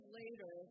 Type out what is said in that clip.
later